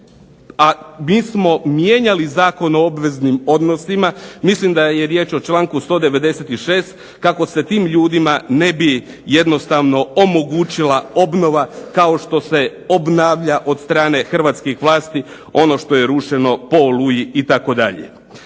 a mi smo mijenjali Zakon o obveznim odnosima, mislim da je riječ o čl. 196., kako se tim ljudima ne bi jednostavno omogućila obnova kao što se obnavlja od strane hrvatskih vlasti ono što je rušeno po Oluji itd.